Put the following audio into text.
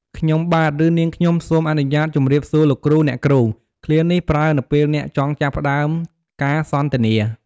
ខ្ញុំបាទ ឬ នាងខ្ញុំសូមអនុញ្ញាតជម្រាបសួរលោកគ្រូ អ្នកគ្រូ!" ឃ្លានេះប្រើនៅពេលអ្នកចង់ចាប់ផ្ដើមការសន្ទនា។